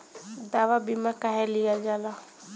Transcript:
दवा बीमा काहे लियल जाला?